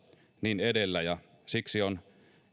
niin edellä ja siksi on